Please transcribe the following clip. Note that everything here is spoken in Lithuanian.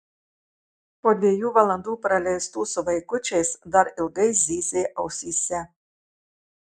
po dviejų valandų praleistų su vaikučiais dar ilgai zyzė ausyse